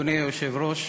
אדוני היושב-ראש,